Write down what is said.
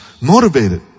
motivated